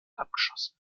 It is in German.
abgeschossen